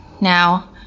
Now